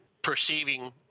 perceiving